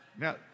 Now